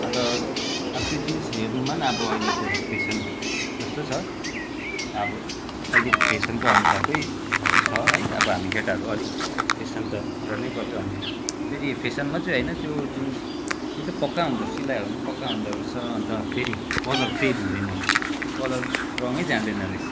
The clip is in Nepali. अन्त अब त्यो जिन्स हेर्नुमा नि अब अहिलेको फेसन जस्तो छ अब अहिलेको फेसनको अनुसारकै छ है अब हामी केटाहरू अलिक फेसन त गर्नै पर्यो अनि फेरि फेसन मात्रै होइन त्यो जिन्स निक्कै पक्का हुन्छ सिलाइहरू पनि पक्का हुँदोरहेछ अन्त फेरि कलर फेड हुँदैन रहेछ त्यो कलर रङै जाँदैन रहेछ